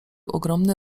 ogromny